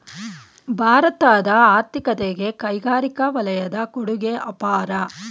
ಭಾರತದ ಆರ್ಥಿಕತೆಗೆ ಕೈಗಾರಿಕಾ ವಲಯದ ಕೊಡುಗೆ ಅಪಾರ